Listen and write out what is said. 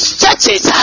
churches